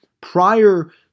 prior